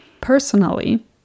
personally